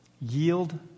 yield